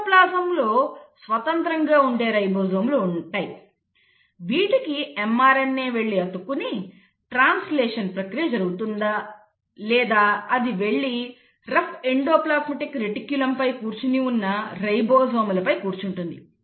సైటోప్లాజంలో స్వతంత్రంగా ఉండే రైబోజోమ్లు ఉంటాయి వీటికి mRNA వెళ్లి అతుక్కుని ట్రాన్స్లేషన్ ప్రక్రియ జరుగుతుంది లేదా అది వెళ్లి రఫ్ ఎండోప్లాస్మిక్ రెటిక్యులం పై కూర్చుని ఉన్న రైబోజోమ్లపై కూర్చుంటుంది